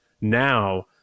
now